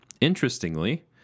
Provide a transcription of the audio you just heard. interestingly